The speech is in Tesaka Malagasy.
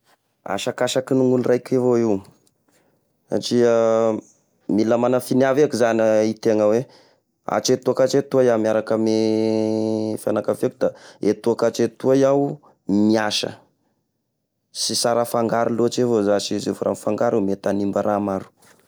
Asakasaky ny olo raika avao io, satria mila magnà finiava eky zagny ah i tegna hoe hatreto ka hatreto iaho miaraka amy fianakaviako da eto ka hatreto toa iaho miasa, sy sara afangaro loatra io avao zashy izy fa raha mifangaro io mety hanimba raha maro.